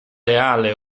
reale